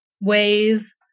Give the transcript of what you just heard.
ways